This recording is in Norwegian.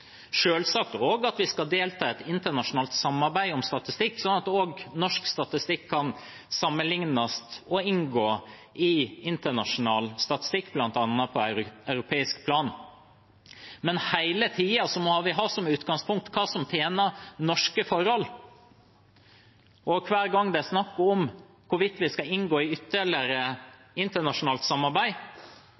vi også delta i et internasjonalt samarbeid om statistikk, sånn at norsk statistikk kan sammenlignes med og inngå i internasjonal statistikk, bl.a. på et europeisk plan, men hele tiden må vi ha som utgangspunkt hva som tjener norske forhold. Hver gang det er snakk om hvorvidt vi skal inngå i ytterligere internasjonalt samarbeid,